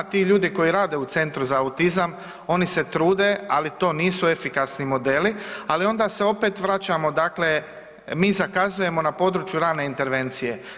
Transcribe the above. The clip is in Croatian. Ti ljudi koji rade u centru za autizam oni se trude, ali to nisu efikasni modeli, ali onda se opet vraćamo, dakle mi zakazujemo na području rane intervencije.